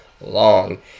long